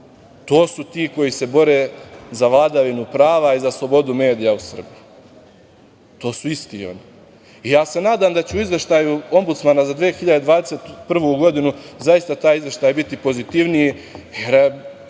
su ti koji se bore za vladavinu prava i za slobodu medija u Srbiji. To su isti oni. Ja se nadam da će izveštaj Ombudsmana za 2021. godinu biti pozitivniji, jer